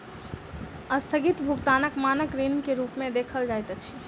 अस्थगित भुगतानक मानक ऋण के रूप में देखल जाइत अछि